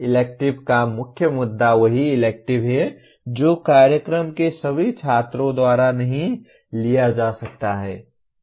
elective का मुख्य मुद्दा वही इलेक्टिव है जो कार्यक्रम के सभी छात्रों द्वारा नहीं लिया जा सकता है